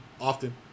often